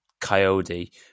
Coyote